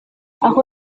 aho